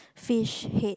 fish head